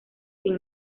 sin